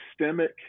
systemic